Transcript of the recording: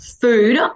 food